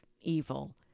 evil